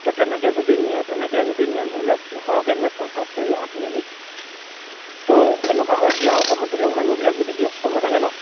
ত' তেনেকৈ যদি নিয়ে তেনেকৈ যদি নিয়ে ধৰি লওক সৰহকৈ নিয়ে পঞ্চাছ কেজি ষাঠি কেজি ত' এনেকুৱা হয় বিয়া সকামত ধৰি লওক মানুহবিলাক যদি ব্যস্ত হৈ থাকে নহ্